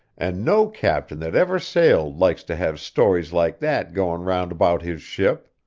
and no captain that ever sailed likes to have stories like that going round about his ship.